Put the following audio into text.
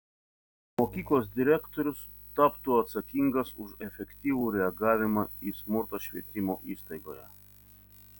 mokyklos direktorius taptų atsakingas už efektyvų reagavimą į smurtą švietimo įstaigoje